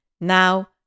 now